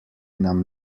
nam